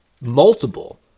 multiple